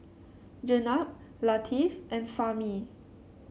Jenab Latif and Fahmi